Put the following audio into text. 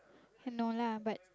I know lah but